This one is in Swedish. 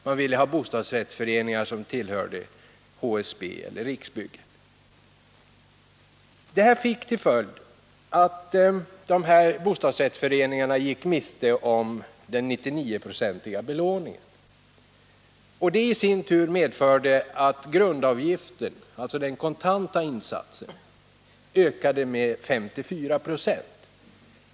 Man ville ha bostadsrättsföreningar som tillhörde HSB eller Riksbyggen. Det här fick till följd att dessa bostadsrättsföreningar gick miste om den 99-procentiga belåningen. Det i sin tur medförde att grundavgiften, den kontanta insatsen, ökade med 54 26.